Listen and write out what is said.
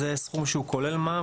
זה סכום שכולל מע"מ,